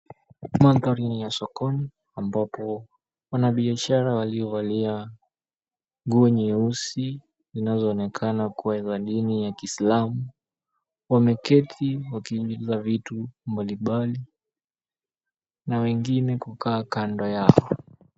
Mandhari ni ya sokoni ambapo wanabiashara waliovalia nguo nyeusi zinazoonekana kua za dini ya Kiislamu, wameketi wakila vitu mbalimbali na wengine kukaa kando yao.